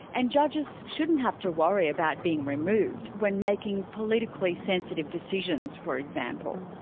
and judges shouldn't have to worry about being removed, when making politically sensitive decisions, for example.